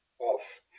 off